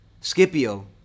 Scipio